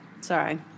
Sorry